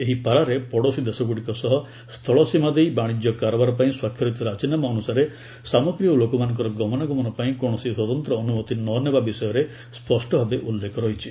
ଏହି ପାରାରେ ପଡ଼ୋଶୀ ଦେଶଗୁଡ଼ିକ ସହ ସ୍ଥଳ ସୀମା ଦେଇ ବାଣିଜ୍ୟ କାରବାର ପାଇଁ ସ୍ୱାକ୍ଷରିତ ରାଜିନାମା ଅନୁସାରେ ସାମାଗ୍ରୀ ଓ ଲୋକମାନଙ୍କର ଗମନାଗମନ ପାଇଁ କୌଣସି ସ୍ୱତନ୍ତ୍ର ଅନୁମତି ନ ନେବା ବିଷୟରେ ସ୍ୱଷ୍ଟ ଭାବେ ଉଲ୍ଲେଖ ରହିଛି